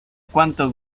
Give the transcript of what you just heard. cuánto